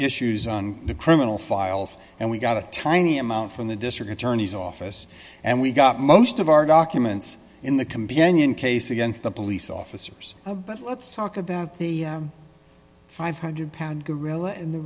issues on the criminal files and we got a tiny amount from the district attorney's office and we got most of our documents in the companion case against the police officers but let's talk about the five hundred pound gorilla in the